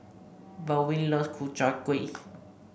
Baldwin loves Ku Chai Kueh